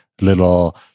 little